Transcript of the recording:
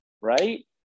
Right